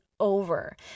over